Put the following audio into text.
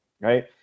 right